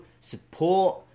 support